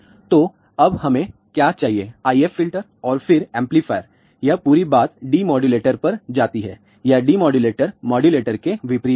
तो अब हमें क्या चाहिए IF फ़िल्टर और फिर एम्पलीफायर यह पूरी बात डीमोडुलेटर पर जाती है यह डीमोडुलेटर मोडुलेटर के विपरीत है